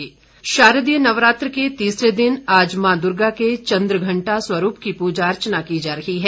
नवरात्र शारदीय नवरात्र के तीसरे दिन आज मां दुर्गा के चंद्रघंटा स्वरूप की पूजा अर्चना की जा रही है